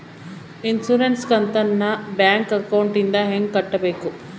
Insurance ಕಂತನ್ನ bank ಅಕೌಂಟಿಂದ ಹೆಂಗ ಕಟ್ಟಬೇಕು?